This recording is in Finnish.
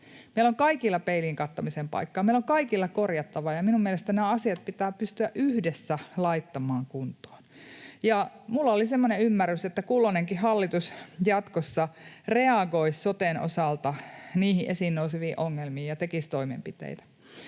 Meillä on kaikilla peiliin katsomisen paikka, meillä on kaikilla korjattavaa, ja minun mielestäni nämä asiat pitää pystyä yhdessä laittamaan kuntoon. Minulla oli semmoinen ymmärrys, että kulloinenkin hallitus jatkossa reagoisi soten osalta niihin esiin nouseviin ongelmiin ja tekisi toimenpiteitä.